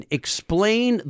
explain